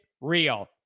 real